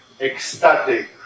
ecstatic